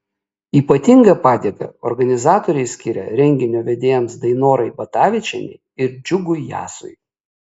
ypatingą padėką organizatoriai skiria renginio vedėjams dainorai batavičienei ir džiugui jasui